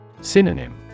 Synonym